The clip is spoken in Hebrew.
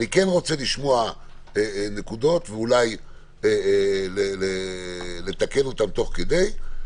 אני כן רוצה לשמוע נקודות ואולי לתקן אותן תוך כדי העבודה.